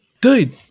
dude